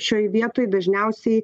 šioj vietoj dažniausiai